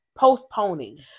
postponing